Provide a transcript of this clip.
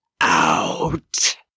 out